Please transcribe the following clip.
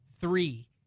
three